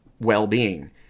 well-being